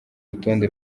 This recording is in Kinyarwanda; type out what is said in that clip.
rutonde